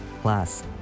Plus